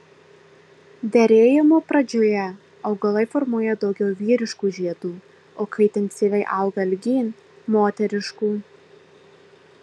derėjimo pradžioje augalai formuoja daugiau vyriškų žiedų o kai intensyviai auga ilgyn moteriškų